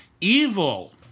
evil